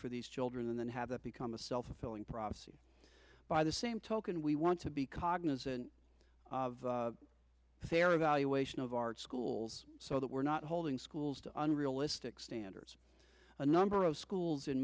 for these children and then have that become a self fulfilling prophecy by the same token we want to be cognizant of their evaluation of our schools so that we're not holding schools to unrealistic standards a number of schools in